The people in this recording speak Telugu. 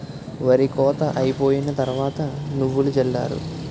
ఒరి కోత అయిపోయిన తరవాత నువ్వులు జల్లారు